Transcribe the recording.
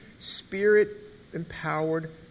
spirit-empowered